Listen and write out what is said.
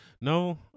No